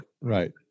right